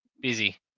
busy